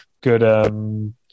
good